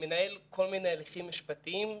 מנהל כל מיני הליכים משפטיים.